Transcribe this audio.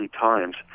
times